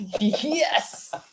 Yes